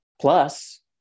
plus